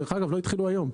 דרך אגב, לא התחילו היום.